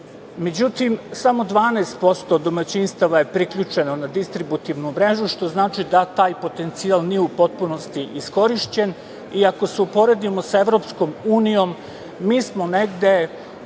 Međutim, samo 12% domaćinstava je priključeno na distributivnu mrežu, što znači da taj potencijal nije u potpunosti iskorišćen iako se uporedimo sa Evropskom unijom mi smo negde